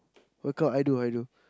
work out I do I do